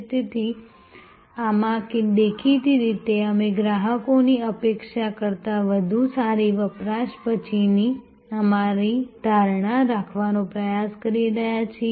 તેથી આમાં દેખીતી રીતે અમે ગ્રાહકોની અપેક્ષા કરતાં વધુ સારી વપરાશ પછીની અમારી ધારણા રાખવાનો પ્રયાસ કરી રહ્યા છીએ